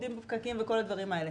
עומדים בפקקים וכל הדברים האלה.